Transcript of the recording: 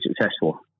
successful